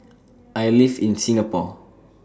I live in Singapore